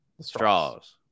straws